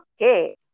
okay